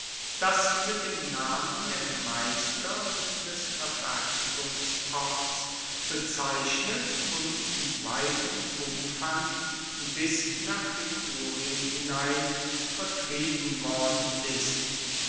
das mit dem namen der meister und des verfertigungsorts bezeichnet und in weitem umfang bis nach etrurien hinein vertrieben worden ist